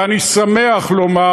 ואני שמח לומר,